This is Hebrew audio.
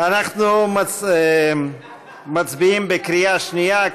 אנחנו מצביעים בקריאה שנייה.